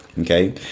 Okay